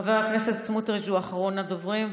חבר הכנסת סמוטריץ' הוא אחרון הדוברים,